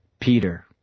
Peter